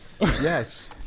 Yes